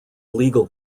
legal